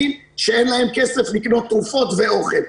שאין להם כסף לקנות תרופות ואוכל.